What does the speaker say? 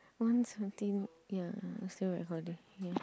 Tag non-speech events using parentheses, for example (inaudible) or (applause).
one something ya still recording ya (noise)